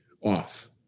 off